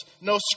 No